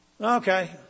Okay